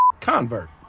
convert